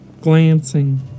Glancing